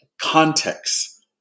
context